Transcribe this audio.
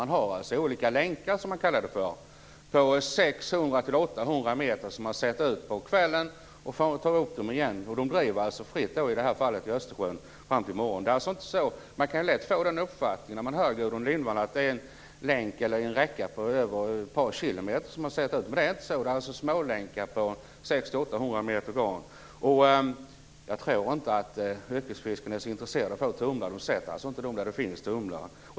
Man har olika länkar, som man kallar det, på 600-800 meter som man sätter ut till kvällen och sedan tar upp igen. De driver fritt, i det här fallet i Östersjön, fram till morgonen. Man kan lätt få den uppfattningen när man hör Gudrun Lindvall att det är en länk eller en räcka på ett par kilometer som man sätter ut, men det är inte så. Det är smålänkar på 600-800 meter garn. Jag tror inte att yrkesfiskare är så intresserade av att fånga tumlare. De sätter inte garn där det finns tumlare.